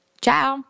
Ciao